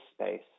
space